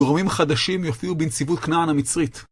גורמים חדשים יופיעו בנציבות כנען המצרית.